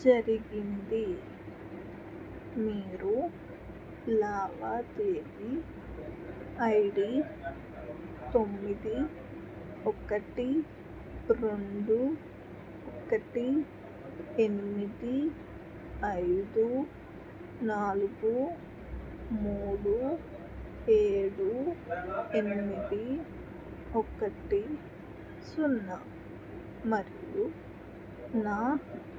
జరిగింది మీరు లావాదేవీ ఐ డీ తొమ్మిది ఒకటి రెండు ఒకటి ఎనిమిది ఐదు నాలుగు మూడు ఏడు ఎనిమిది ఒకటి సున్నా మరియు నా